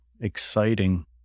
exciting